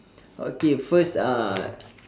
okay first uh